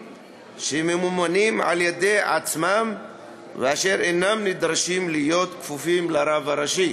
שממומנים על-ידי עצמם ואשר אינם נדרשים להיות כפופים לרב הראשי.